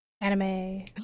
Anime